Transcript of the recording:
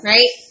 Right